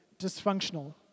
dysfunctional